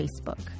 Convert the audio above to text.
Facebook